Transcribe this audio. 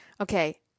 Okay